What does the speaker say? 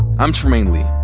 i'm trymaine lee.